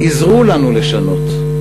עזרו לנו לשנות,